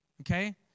Okay